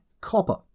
copper